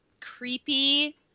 Creepy